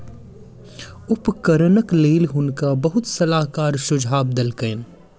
उपकरणक लेल हुनका बहुत सलाहकार सुझाव देलकैन